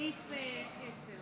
סעיף 10